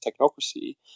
technocracy